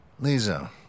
Lisa